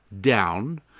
down